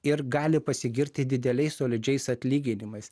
ir gali pasigirti dideliais solidžiais atlyginimais